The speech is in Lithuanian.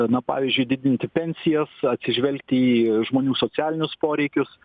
na pavyzdžiui didinti pensijas atsižvelgti į žmonių socialinius poreikius